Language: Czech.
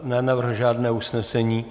Nenavrhl žádné usnesení.